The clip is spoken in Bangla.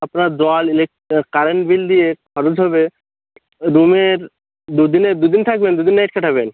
আপনার জল ইলেক কারেন্ট বিল দিয়ে পার ডে হিসেবে রুমের দু দিনের দু দিন থাকবেন তো দু দিন না এক্সট্রা থাকবেন